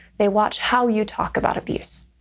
they watch how you talk about abuse.